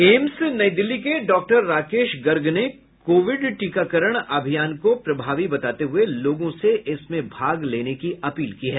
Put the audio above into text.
AIIMS New Delhi के doctor Rakesh Garg ने COVID टीकाकरण अभियान को प्रभावी बताते हुए लोगों से इसमें भाग लेने की अपील की है